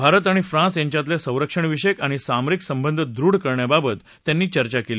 भारत आणि फ्रान्स यांच्यातले संरक्षणविषयक आणि सामरिक संबंध दृढ करण्याबाबत त्यांनी चर्चा केली